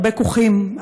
הרבה כוכים,